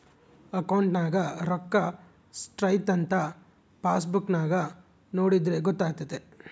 ಅಕೌಂಟ್ನಗ ರೋಕ್ಕಾ ಸ್ಟ್ರೈಥಂಥ ಪಾಸ್ಬುಕ್ ನಾಗ ನೋಡಿದ್ರೆ ಗೊತ್ತಾತೆತೆ